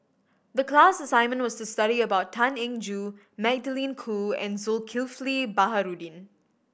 the class assignment was to study about Tan Eng Joo Magdalene Khoo and Zulkifli Baharudin